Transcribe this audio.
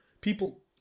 people